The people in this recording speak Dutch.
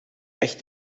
echt